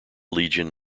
legion